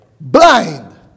blind